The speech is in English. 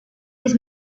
his